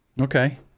Okay